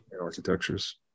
architectures